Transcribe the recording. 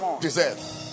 deserve